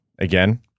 Again